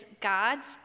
gods